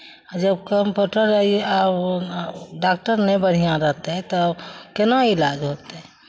आ जब कम्पाउडर आर ई आ ओ डाक्टर नहि बढ़िआँ रहतै तऽ केना इलाज होतै